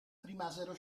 rimasero